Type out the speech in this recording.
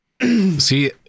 See